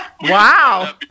Wow